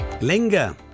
Linger